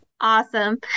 Awesome